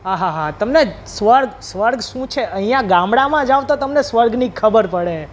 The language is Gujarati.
આ હાહાહા તમને સ્વર્ગ સ્વર્ગ શું છે અહીંયા ગામડામાં જાઓ તો તમને સ્વર્ગની ખબર પડે